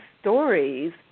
stories